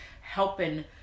helping